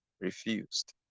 refused